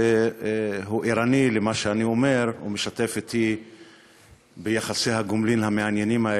שהוא ערני למה שאני אומר ומשתף אותי ביחסי הגומלין המעניינים האלה,